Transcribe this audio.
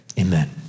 amen